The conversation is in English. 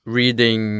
reading